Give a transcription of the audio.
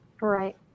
Right